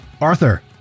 Arthur